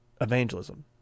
evangelism